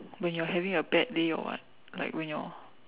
when you're having a bad day or what like when you're